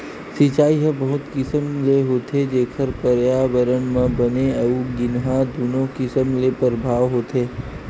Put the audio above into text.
सिचई ह बहुत किसम ले होथे जेखर परयाबरन म बने अउ गिनहा दुनो किसम ले परभाव होथे